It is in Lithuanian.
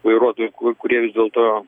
vairuotojų kurie vis dėl to